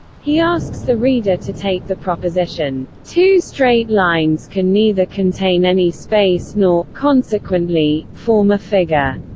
he asks the reader to take the proposition, two straight lines can neither contain any space nor, consequently, form a figure,